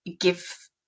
give